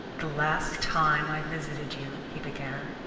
the last time i visited you, he began,